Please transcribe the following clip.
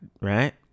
right